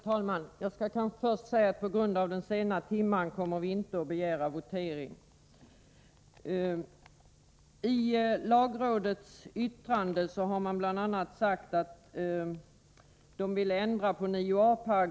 Herr talman! Jag skall först säga att vi på grund av den sena timmen inte kommer att begära votering. Lagrådet sade i sitt yttrande bl.a. att man ville ändra 9 a §.